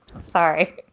Sorry